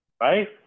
right